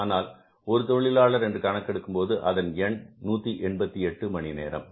ஆனால் ஒரு தொழிலாளர் என்று கணக்கெடுக்கும் போது அதன் எண் 188 மணி நேரம்